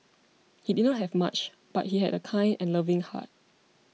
he did not have much but he had a kind and loving heart